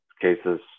cases